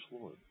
Lord